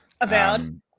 Avowed